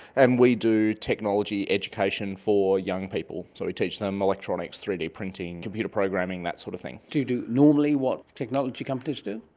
and we do technology education for young people, so we teach them electronics, three d printing, computer programming, that sort of thing. do you do normally what technology companies do?